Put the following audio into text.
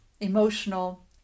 emotional